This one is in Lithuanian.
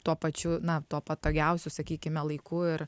tuo pačiu na tuo patogiausiu sakykime laiku ir